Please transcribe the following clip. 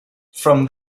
from